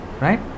right